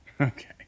Okay